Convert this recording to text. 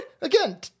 Again